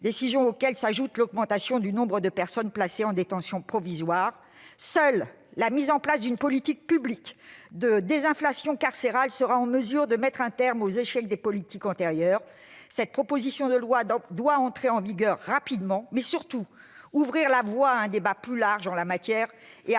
Il faut y ajouter l'augmentation du nombre de personnes placées en détention provisoire. Seule la mise en place d'une politique publique de désinflation carcérale sera en mesure de mettre un terme aux échecs des politiques antérieures. Cette proposition de loi doit entrer en vigueur rapidement, mais, surtout, ouvrir la voie à un débat plus large en la matière et à